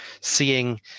seeing